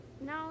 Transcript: No